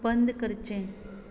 बंद करचें